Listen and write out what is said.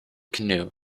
canoe